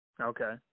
Okay